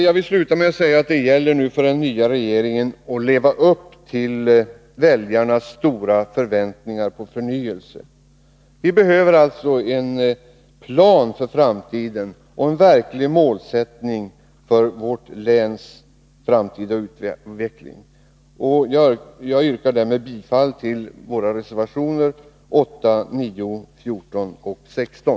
Jag vill sluta med att säga att det nu för den nya regeringen gäller att leva upp till väljarnas stora förväntningar på förnyelse. Vi behöver alltså en plan för framtiden och en verklig målsättning för vårt läns framtida utveckling. Jag yrkar härmed bifall till våra reservationer nr 8, 9, 14 och 16.